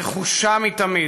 נחושה מתמיד.